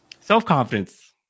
self-confidence